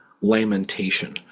lamentation